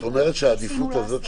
את אומרת שהעדיפות הזאת,